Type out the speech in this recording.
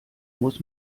muss